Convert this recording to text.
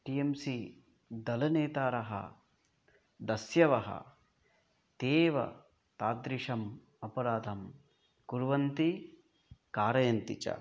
T M C दलनेतारः दस्यवः ते एव तादृशम् अपराधं कुर्वन्ति कारयन्ति च